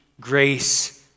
grace